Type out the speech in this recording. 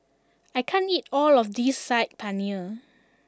I can't eat all of this Saag Paneer